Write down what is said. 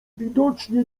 widocznie